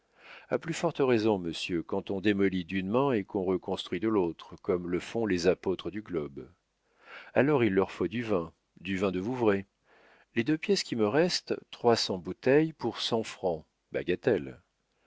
a plus forte raison monsieur quand on démolit d'une main et qu'on reconstruit de l'autre comme le font les apôtres du globe alors il leur faut du vin du vin de vouvray les deux pièces qui me restent trois cents bouteilles pour cent francs